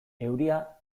euria